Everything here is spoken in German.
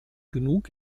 genug